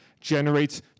generates